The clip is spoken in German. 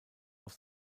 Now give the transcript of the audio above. auf